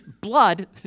blood